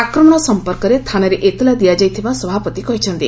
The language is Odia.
ଆକ୍ରମଣ ସଂପର୍କରେ ଥାନାରେ ଏତଲା ଦିଆଯାଇଥିବା ସଭାପତି କହିଛନ୍ତି